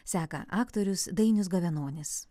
seka aktorius dainius gavenonis